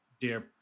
Dear